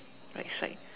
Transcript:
right side